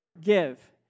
give